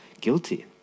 guilty